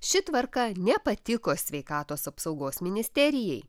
ši tvarka nepatiko sveikatos apsaugos ministerijai